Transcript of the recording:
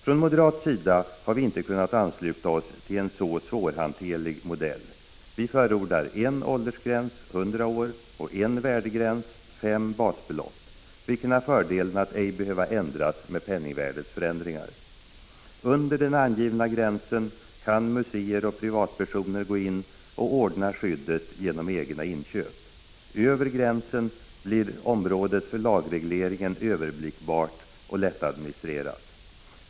Från moderat sida har vi inte kunnat ansluta oss till en så svårhanterlig modell. Vi förordar en åldersgräns, 100 år, och en värdegräns, fem basbelopp, vilken har fördelen att ej behöva ändras med penningvärdets förändringar. Under den angivna gränsen kan museer och privatpersoner gå in och ordna skyddet genom egna inköp. Över gränsen blir området för lagregleringen överblickbart och lättadministrerat.